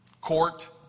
court